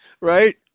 Right